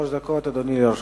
שלוש דקות, אדוני, לרשותך.